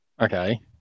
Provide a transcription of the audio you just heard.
Okay